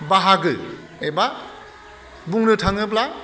बाहागो एबा बुंनो थाङोब्ला